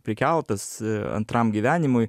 prikeltas antram gyvenimui